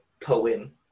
poem